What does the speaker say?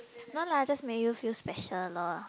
no lah just make you feel special lor